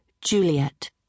Juliet